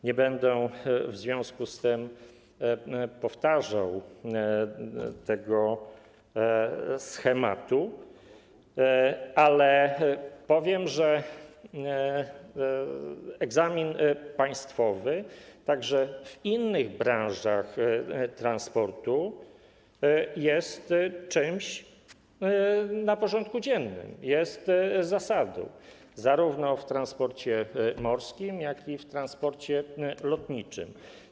Nie będę w związku z tym powtarzał tego schematu, ale powiem, że egzamin państwowy, także w innych branżach transportu, jest czymś na porządku dziennym, jest zasadą zarówno w transporcie morskim, jak i w transporcie lotniczym.